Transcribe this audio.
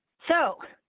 so.